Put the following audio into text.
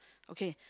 okay